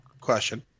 question